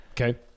okay